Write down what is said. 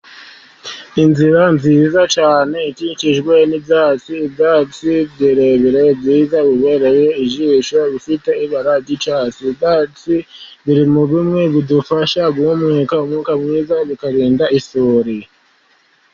Inzira nziza cyane, ikikijwe n'ibyatsi . Ibyatsi birebire byiza bibereye ijisho rifite ibara ry'icyatsi. Ibyatsi biri mu bumwe budufasha guhumeka umwuka mwiza bikarinda isuri.